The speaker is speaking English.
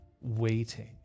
Waiting